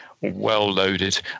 well-loaded